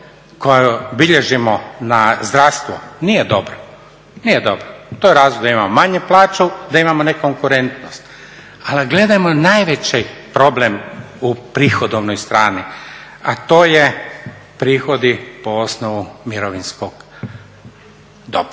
koju bilježimo na zdravstvo nije dobro, nije dobro. To je razlog da imamo manju plaću, da imamo nekonkurentnost. Ali gledajmo najveći problem u prihodovnoj strani, a to je prihodi po osnovu mirovinskog doprinosa.